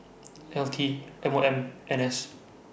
L T M O M N S